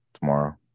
Tomorrow